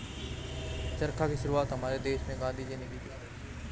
चरखा की शुरुआत हमारे देश में गांधी जी ने की थी